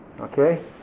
Okay